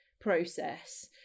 process